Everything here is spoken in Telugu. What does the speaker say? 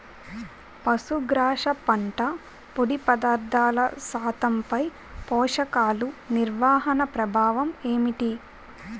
పశుగ్రాస పంట పొడి పదార్థాల శాతంపై పోషకాలు నిర్వహణ ప్రభావం ఏమిటి?